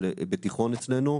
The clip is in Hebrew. בתיכון אצלנו,